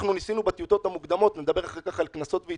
אנחנו ניסינו בטיוטות המוקדמות נדבר אחר כך על קנסות ועל